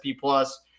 Plus